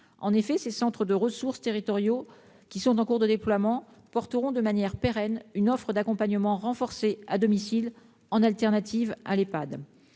2019. Les centres de ressources territoriaux qui sont en cours de déploiement présenteront de manière pérenne une offre d'accompagnement renforcé à domicile en alternative à l'Ehpad.